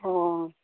अ